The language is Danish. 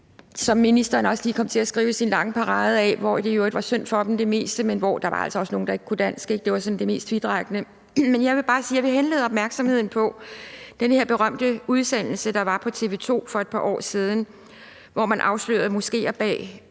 Som ministeren også kom til at sige i sin lange tirade om, at det meste var synd for dem, var der altså også nogle, der ikke kunne dansk – det var sådan det mest vidtrækkende udsagn. Men jeg vil bare henlede opmærksomheden på den her berømte udsendelse, der var på TV 2 for et par år siden, hvor man afslørede moskeer bag